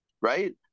Right